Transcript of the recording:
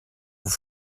vous